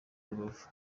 rubavu